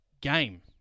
game